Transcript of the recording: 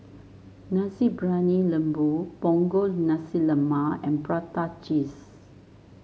Nasi Briyani Lembu Punggol Nasi Lemak and Prata Cheese